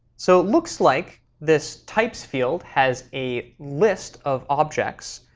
so it looks like this types field has a list of objects,